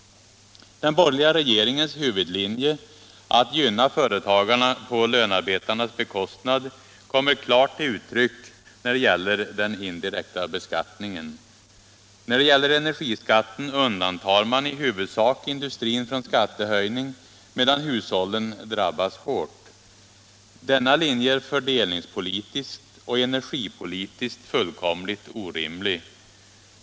Den borgerliga regeringens huvudlinje, att gynna företagarna på lönearbetarnas bekostnad, kommer klart till uttryck när det gäller den indirekta beskattningen. När det gäller energiskatten undantar man i huvudsak industrin från skattehöjning, medan hushållen drabbas hårt. Denna linje är fördelningspolitiskt och energipolitiskt fullkomligt orimlig.